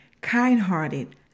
kind-hearted